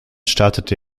startete